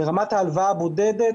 ברמת ההלוואה הבודדת,